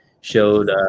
showed